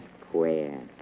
square